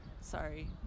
Sorry